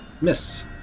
miss